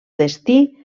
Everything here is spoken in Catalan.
destí